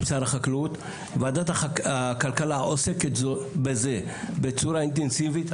ועדת הכלכלה עוסקת בזה בצורה אינטנסיבית,